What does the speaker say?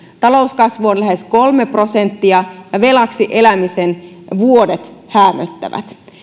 talouskasvu on lähes kolme prosenttia ja velaksi elämisen loppu häämöttää